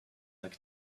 like